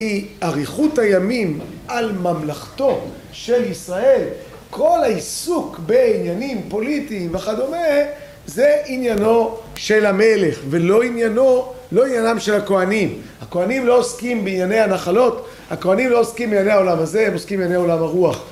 אריכות הימים על ממלכתו של ישראל, כל העיסוק בעניינים פוליטיים וכדומה, זה עניינו של המלך, ולא עניינם של הכוהנים. הכוהנים לא עוסקים בענייני הנחלות, הכוהנים לא עוסקים בענייני העולם הזה, הם עוסקים בענייני עולם הרוח